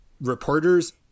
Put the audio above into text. reporters